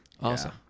Awesome